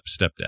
stepdad